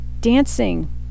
dancing